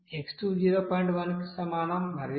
1 కి సమానం మరియు x3 0